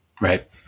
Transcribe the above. Right